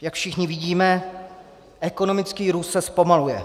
Jak všichni vidíme, ekonomický růst se zpomaluje.